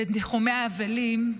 בניחומי האבלים,